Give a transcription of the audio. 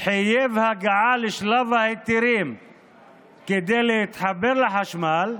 חייב הגעה לשלב ההיתרים כדי להתחבר לחשמל,